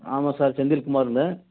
ஆமாம் சார் செந்தில் குமார்ன்னு